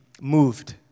moved